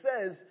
says